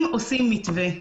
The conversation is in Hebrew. אם עושים מתווה,